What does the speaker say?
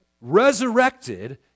resurrected